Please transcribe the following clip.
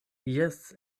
jes